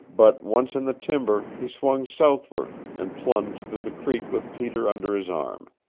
but once in the timber he swung southward, and plunged through the creek with peter under his arm.